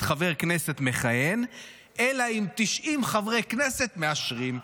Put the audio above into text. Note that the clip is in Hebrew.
חבר כנסת מכהן אלא אם כן 90 חברי כנסת מאשרים.